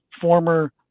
former